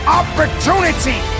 opportunity